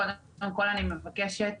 קודם כל אני מבקשת